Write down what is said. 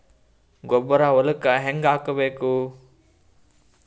ಗೊಬ್ಬರ ಹೊಲಕ್ಕ ಹಂಗ್ ಹಾಕಬೇಕು?